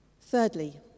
Thirdly